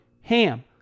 HAM